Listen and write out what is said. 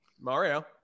mario